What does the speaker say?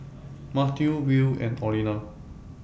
Mateo Will and Orlena